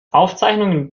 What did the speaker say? aufzeichnungen